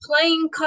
playing